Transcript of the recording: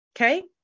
Okay